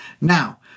Now